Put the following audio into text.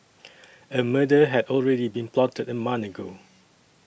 a murder had already been plotted a month ago